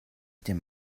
dem